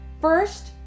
First